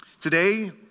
Today